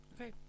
Okay